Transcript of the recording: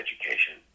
education